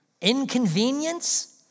Inconvenience